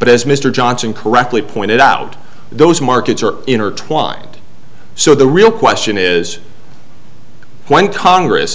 but as mr johnson correctly pointed out those markets are intertwined so the real question is when congress